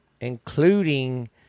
including